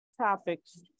topics